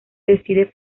decide